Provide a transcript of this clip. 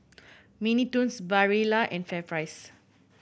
Mini Toons Barilla and FairPrice